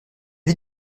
est